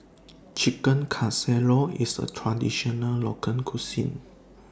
Chicken Casserole IS A Traditional Local Cuisine